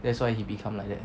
that's why he become like that